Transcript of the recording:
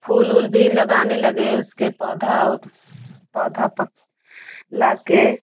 फूल उल भी लगाने लगे उसके पौधा ओ पौधा पक ला के